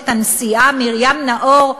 את הנשיאה מרים נאור,